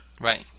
Right